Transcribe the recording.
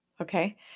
Okay